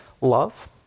love